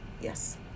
yes